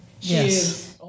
Yes